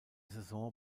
saison